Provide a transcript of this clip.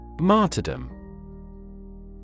Martyrdom